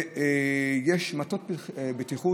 יש מטות בטיחות